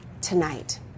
tonight